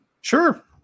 Sure